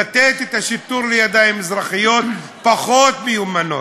לתת את השיטור לידיים אזרחיות, פחות מיומנות.